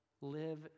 live